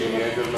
שהיא מעבר,